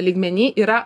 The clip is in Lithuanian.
lygmeny yra